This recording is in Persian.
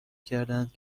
کردهاند